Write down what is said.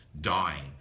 Dying